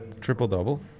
Triple-double